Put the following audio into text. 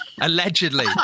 allegedly